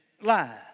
lie